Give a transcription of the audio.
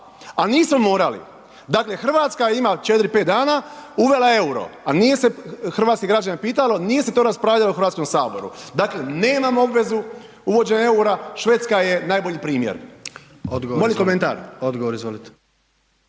a nismo morali. Dakle Hrvatska ima 4, 5 dana, uvela je euro a nije se hrvatske građane pitalo, nije se to raspravljalo u Hrvatskom saboru. Dakle nemamo obvezu uvođenja eura, Švedska je najbolji primjer. Molim